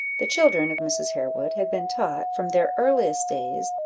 the children of mrs. harewood had been taught, from their earliest days,